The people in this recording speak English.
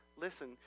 listen